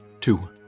Two